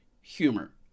humor